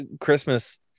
Christmas